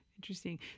Interesting